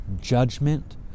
judgment